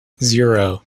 zero